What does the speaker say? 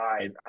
eyes